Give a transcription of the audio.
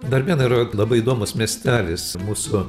darbėnai yra labai įdomus miestelis mūsų